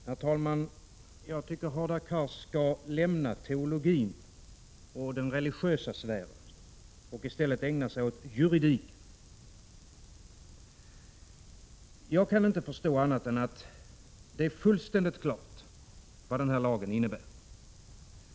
Herr talman! Jag tycker att Hadar Cars skall lämna teologin och den religiösa sfären och i stället ägna sig åt juridik. Jag kan inte förstå annat än att det är fullständigt klart vad den här lagen innebär.